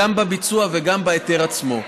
גם בביצוע וגם בהיתר עצמו.